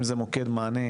אם זה מוקד מענה,